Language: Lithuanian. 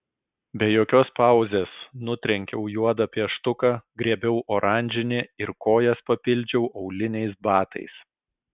be jokios pauzės nutrenkiau juodą pieštuką griebiau oranžinį ir kojas papildžiau auliniais batais